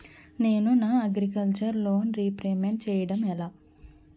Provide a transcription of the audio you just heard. నేను నా agriculture loan repayment చేయడం ఎలా?